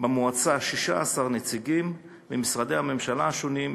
במועצה 16 נציגים ממשרדי הממשלה השונים,